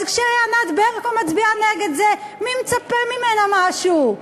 אז כשענת ברקו מצביעה נגד זה, מי מצפה ממנה משהו?